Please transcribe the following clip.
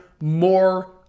more